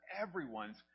everyone's